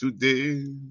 today